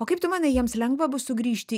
o kaip tu manai jiems lengva bus sugrįžti